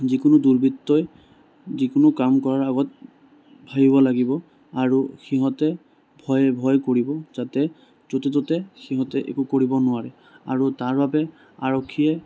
যিকোনো দুৰ্বৃত্তই যিকোনো কাম কৰাৰ আগত ভাবিব লাগিব আৰু সিহঁতে ভয়ে ভয়ে কৰিব যাতে য'তে ত'তে সিহঁতে একো কৰিব নোৱাৰে আৰু তাৰ বাবে আৰক্ষীয়ে